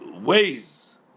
ways